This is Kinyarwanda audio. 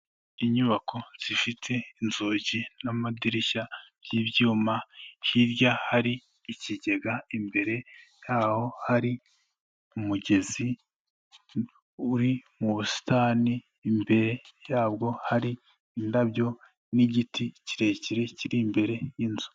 Inyubako zifite inzugi n'amadirishya by'ibyuma, hirya hari ikigega imbere yaho hari umugezi uri mu busitani, imbere yabwo hari indabyo n'igiti kirekire kiri imbere y'inzu.